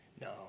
No